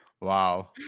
Wow